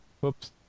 Whoops